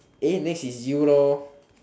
eh next is you lor